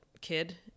kid